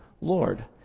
Lord